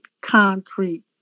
concrete